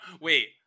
Wait